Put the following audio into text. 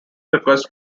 request